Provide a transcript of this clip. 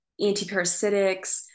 antiparasitics